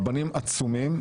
רבנים עצומים,